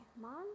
Mom